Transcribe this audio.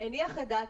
הניח את דעתי.